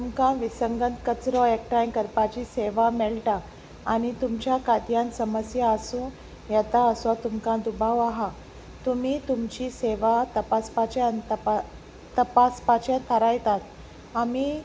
तुमकां विसंग कचरो एकठांय करपाची सेवा मेळटा आनी तुमच्या खात्यान समस्या आसूं येता असो तुमकां दुबाव आसा तुमी तुमची सेवा तपासपाचे आनी तपा तपासपाचे थारायतात आमी